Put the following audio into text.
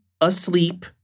asleep